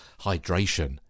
hydration